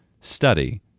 Study